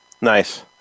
Nice